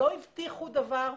לא הבטיחו דבר,